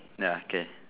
nah K